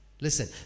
Listen